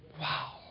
Wow